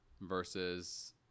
Versus